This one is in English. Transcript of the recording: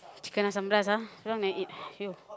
chicken assam pedas ah very long never eat